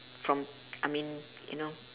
from I mean you know